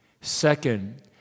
Second